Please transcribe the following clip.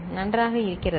நன்றாக இருக்கிறதா